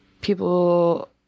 people